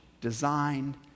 designed